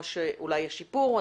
או שאולי יש שיפור.